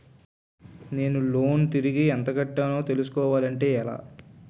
నేను లోన్ తిరిగి ఎంత కట్టానో తెలుసుకోవాలి అంటే ఎలా?